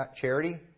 charity